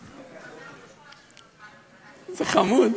זה חמוד,